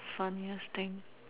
funniest thing